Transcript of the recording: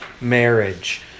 marriage